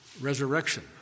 resurrection